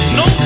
no